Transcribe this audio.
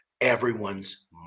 everyone's